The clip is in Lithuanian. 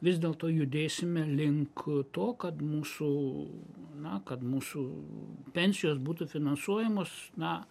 vis dėlto judėsime link to kad mūsų na kad mūsų pensijos būtų finansuojamos na